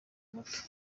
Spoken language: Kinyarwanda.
muto